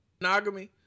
monogamy